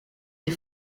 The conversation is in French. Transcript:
les